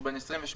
שהוא בן 28,